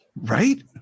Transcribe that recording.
Right